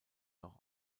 auch